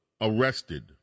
arrested